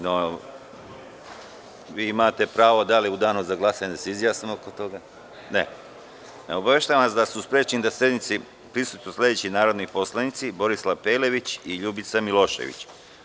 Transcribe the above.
No, imate pravo da tražite da se u Danu za glasanje izjasnimo. (Ne) Obaveštavam vas da su sprečeni da sednici prisustvuju sledeći narodni poslanici: Borislav Pelević i Ljubica Milošević.